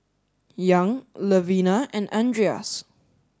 young Levina and Andreas